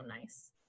nice